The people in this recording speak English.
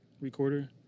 recorder